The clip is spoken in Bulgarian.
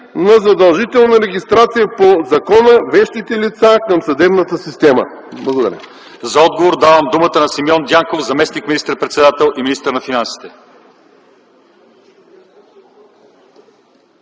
на задължителна регистрация по закона вещите лица към съдебната система? Благодаря.